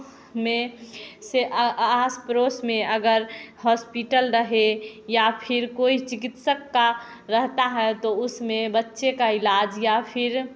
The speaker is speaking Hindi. में से आस पड़ोस में अगर हॉस्पिटल रहे या फिर कोई चिकित्सक का रहता है तो उसमें बच्चे का इलाज या फिर